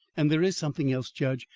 and there is something else, judge,